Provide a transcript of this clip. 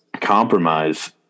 compromise